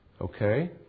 Okay